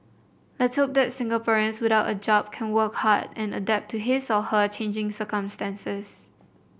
let's hope that Singaporeans without a job can work hard and adapt to his or her changing circumstances